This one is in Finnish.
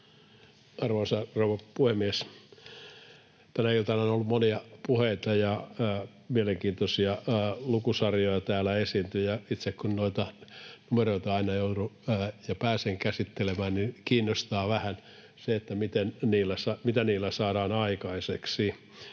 Arvoisa rouva puhemies! Tänä iltana on ollut monia puheita, ja mielenkiintoisia lukusarjoja täällä esiintyi. Itse kun noita numeroita aina joudun ja pääsen käsittelemään, niin kiinnostaa vähän se, mitä niillä saadaan aikaiseksi.